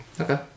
Okay